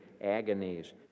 agonies